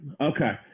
Okay